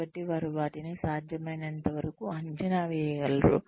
కాబట్టి వారు వాటిని సాధ్యమైనంతవరకు అంచనా వేయగలరు